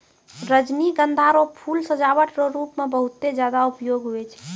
रजनीगंधा रो फूल सजावट रो रूप मे बहुते ज्यादा उपयोग हुवै छै